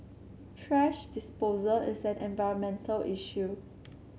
thrash disposal is an environmental issue